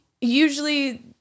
Usually